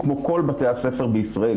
כמו כל בתי הספר בישראל,